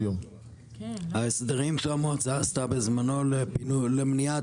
ההסדרים שהמועצה עשתה בזמנו למניעת